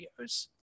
videos